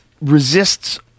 resists